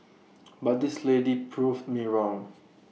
but this lady proved me wrong